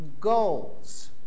goals